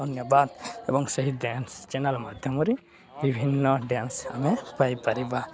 ଧନ୍ୟବାଦ ଏବଂ ସେହି ଡ୍ୟାନ୍ସ ଚ୍ୟାନେଲ୍ ମାଧ୍ୟମରେ ବିଭିନ୍ନ ଡ୍ୟାନ୍ସ ଆମେ ପାଇପାରିବା